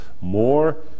more